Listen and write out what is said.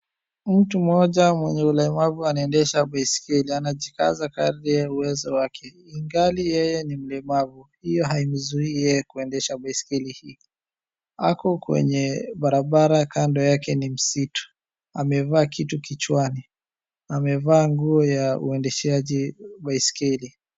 Mtu mmoja mwenye ulemavu anaendesha baiskeli. Anajikaza kadri ya uwezo wake ingali yeye ni mlemavu hiyo haimuzuii yeye kuendesha baiskeli hii. Ako kwenye barabara kando yake ni msitu amevaa kitu kichwani. Amevaa nguo ya uendesheaji baiskeli.